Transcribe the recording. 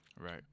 Right